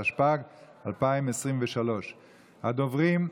התשפ"ג 2023. הדוברים: